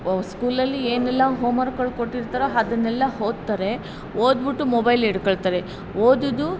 ಸ್ಕೂಲಲ್ಲಿ ಏನೆಲ್ಲ ಹೋಮ್ವರ್ಕ್ಗಳು ಕೊಟ್ಟಿರ್ತಾರೋ ಅದನ್ನೆಲ್ಲ ಓದ್ತಾರೆ ಓದ್ಬಿಟ್ಟು ಮೊಬೈಲ್ ಹಿಡ್ಕೊಳ್ತಾರೆ ಓದೋದು